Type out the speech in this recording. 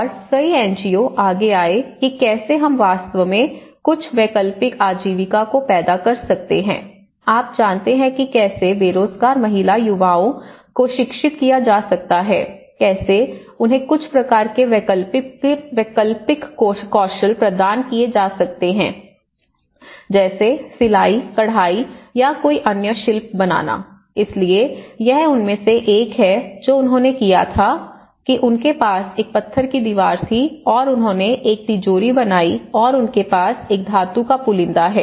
और कई एनजीओ आगे आए कि कैसे हम वास्तव में कुछ वैकल्पिक आजीविका को पैदा कर सकते हैं आप जानते हैं कि कैसे बेरोजगार महिला युवाओं को शिक्षित किया जा सकता है कैसे उन्हें कुछ प्रकार के वैकल्पिक कौशल प्रदान किए जा सकते हैं जैसे सिलाई कढ़ाई या कोई अन्य शिल्प बनाना इसलिए यह उनमें से एक है जो उन्होंने किया था कि उनके पास एक पत्थर की दीवार थी और उन्होंने एक तिजोरी बनाई और उनके पास एक धातु का पुलिंदा है